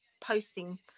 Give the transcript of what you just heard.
posting